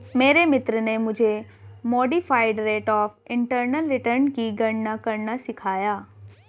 मेरे मित्र ने मुझे modified rate of internal return की गणना करना सिखाया